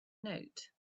note